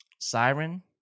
Siren